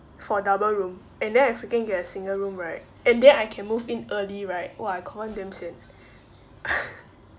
for double room and then I freaking get a single room right and then I can move in early right !wah! I confirm damn sian